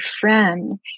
friend